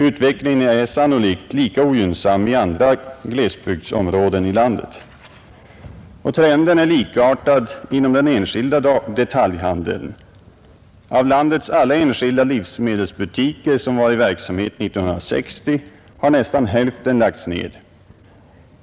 Utvecklingen är sannolikt lika ogynnsam i andra glesbygdsområden i landet. Trenden är likartad inom den enskilda detaljhandeln. Av landets alla enskilda livsmedelsbutiker som var i verksamhet 1960 har nästan hälften lagts ned.